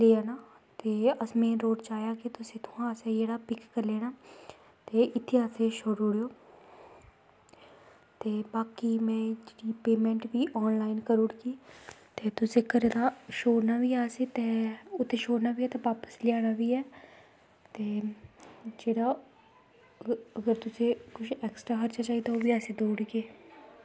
ते अस main road च आई जाह्गे तुसैं असेंगी जेह्ड़ा इत्थमां दा पिक करी लैना ते इत्थें असेंगी शोड़ी ओड़ेओ ते बाकी में पेमैंट बी आनलाईन करी ओड़गी ते तुसें घरे दा शोड़ना बी ऐ ते उत्थें शोड़ना बी ऐ ते बापस लेआना बी ऐ ते जेह्ड़ा तुसें कुश ऐक्सट्रा खर्चा चाही दा होग ओह् बी अस देई ओड़गे